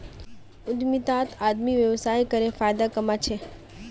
उद्यमितात आदमी व्यवसाय करे फायदा कमा छे